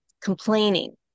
complaining